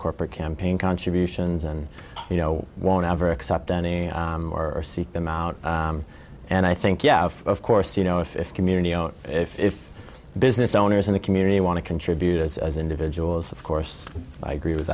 corporate campaign contributions and you know won't ever accept any or seek them out and i think yeah of course you know if community if business owners in the community want to contribute as as individuals of course i agree